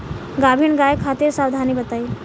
गाभिन गाय खातिर सावधानी बताई?